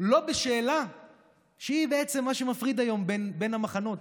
לא בשאלה שהיא בעצם מה שמפריד היום בין המחנות:,